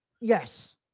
Yes